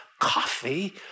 coffee